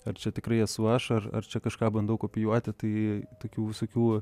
ar čia tikrai esu ašarų ar čia kažką bandau kopijuoti tai tokių visokių